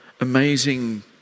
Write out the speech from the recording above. amazing